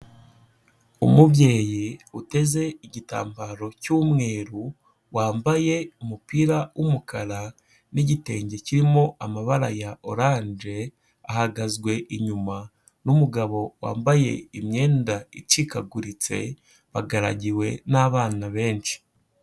Umubyeyi uteze igitambaro cy'umweru, wambaye umupira w'umukara n'igitenge kirimo amabara ya oranje, ahagazwe inyuma n'umugabo wambaye imyenda icikaguritse, bagaragiwe n'abana benshi.